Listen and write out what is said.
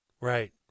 Right